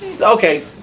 okay